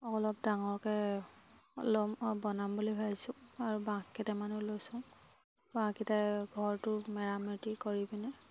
অলপ ডাঙৰকৈ ল'ম অঁ বনাম বুলি ভাবিছোঁ আৰু বাঁহ কেইটামানো লৈছোঁ বাঁহকেইটাই ঘৰটো মেৰামতি কৰি পিনে